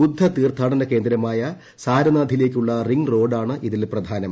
ബുദ്ധ തീർത്ഥാടന കേന്ദ്രമായ സാരനാഥിലേക്കുള്ള റിംഗ് റോഡാണ് ഇതിൽ പ്രധാനം